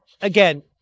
again